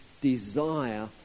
desire